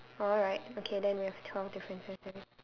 alright okay then we have twelve differences already